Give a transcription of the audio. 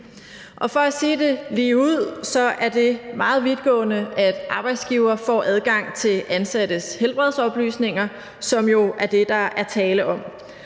Og for at sige det ligeud er det meget vidtgående, at arbejdsgivere får adgang til ansattes helbredsoplysninger, som jo er det, der er tale om.